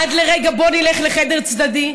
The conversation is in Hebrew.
עד לרגע של: בוא נלך לחדר צדדי,